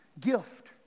gift